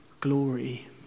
glory